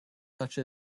such